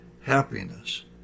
Happiness